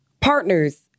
partners